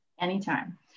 Anytime